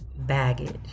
baggage